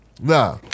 Nah